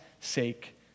sake